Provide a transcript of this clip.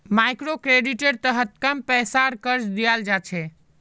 मइक्रोक्रेडिटेर तहत कम पैसार कर्ज दियाल जा छे